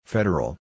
Federal